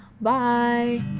Bye